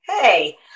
hey